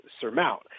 surmount